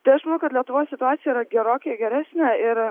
tai aš manau kad lietuvoj situacija yra gerokai geresnė ir